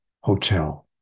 hotel